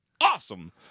Awesome